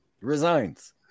Resigns